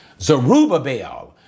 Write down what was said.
Zerubbabel